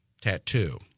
Tattoo